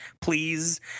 please